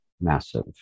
massive